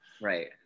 Right